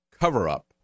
cover-up